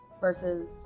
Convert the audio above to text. versus